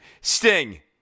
Sting